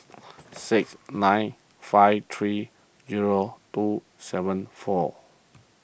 six nine five three zero two seven four